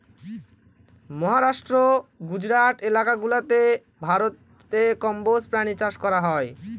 মহারাষ্ট্র, গুজরাট এলাকা গুলাতে ভারতে কম্বোজ প্রাণী চাষ করা হয়